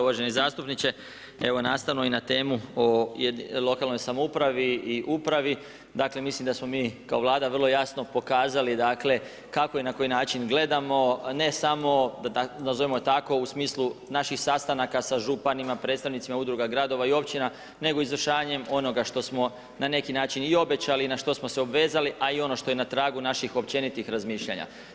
Uvaženi zastupniče, evo nastavno i na temu o lokalnoj samoupravi i upravi, dakle mislim da smo mi kao Vlada vrlo jasno pokazali dakle kako i na koji način gledamo, ne samo nazovimo tako naših sastanaka sa županima, predstavnicima udruga, gradova i općina nego izvršavanjem onoga što smo na neki način i obećali i na što smo se obvezali a i ono što je na tragu naših općenitih razmišljanja.